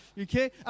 Okay